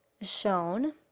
shown